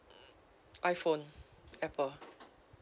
iphone Apple